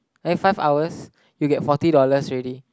then five hours you get forty dollars already